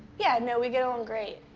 yeah. no, we get along great.